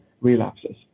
relapses